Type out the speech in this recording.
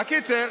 בקיצור,